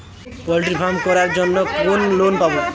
Poultry farm করার জন্য কোন লোন পাব?